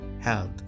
health